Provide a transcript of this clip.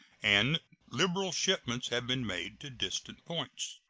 and liberal shipments have been made to distant points.